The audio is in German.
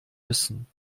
müssen